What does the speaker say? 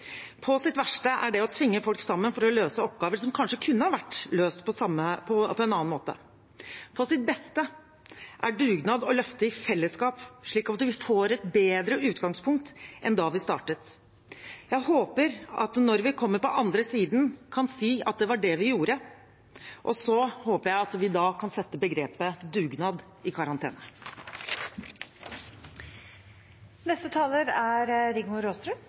På sitt verste er det å tvinge folk sammen for å løse oppgaver som kanskje kunne ha vært løst på en annen måte. På sitt beste er dugnad å løfte i fellesskap, slik at vi får et bedre utgangspunkt enn da vi startet. Jeg håper at når vi kommer på andre siden, kan vi si at det var det vi gjorde, og så håper jeg at vi kan sette begrepet «dugnad» i